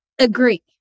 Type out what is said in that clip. agree